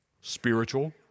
Spiritual